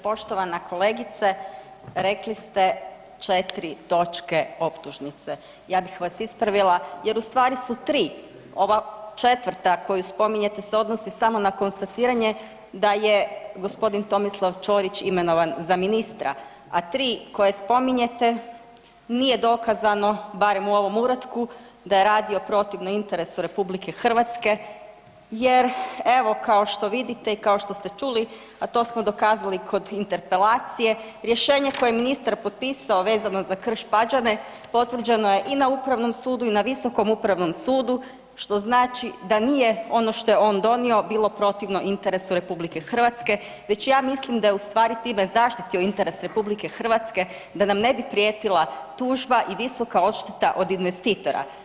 Poštovana kolegice, rekli ste 4 točke optužnice, ja bih vas ispravila jer u stvari su 3, ova 4. koju spominjete se odnosi samo na konstatiranje da je g. Tomislav Ćorić imenovan za ministra, a 3 koje spominjete nije dokazano, barem u ovom uratku da je radio protivno interesu RH jer evo kao što vidite i kao što ste čuli a to smo dokazali kod interpelacije rješenje koje je ministar potpisao vezano za Krš-Pađene potvrđeno i na upravno sudu i na visokom upravnom sudu, što znači da nije ono što je on donio bilo protivno interesu RH, već ja mislim da je u stvari time zaštitio interes RH da nam ne bi prijetila tužba i visoka odšteta od investitora.